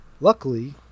luckily